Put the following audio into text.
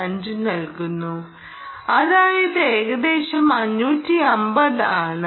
5 നൽകുന്നു അതായത് ഏകദേശം 550 ആണ്